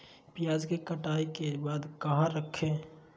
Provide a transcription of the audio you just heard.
प्याज के कटाई के बाद कहा रखें?